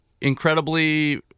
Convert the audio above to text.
incredibly